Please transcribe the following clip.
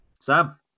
Sam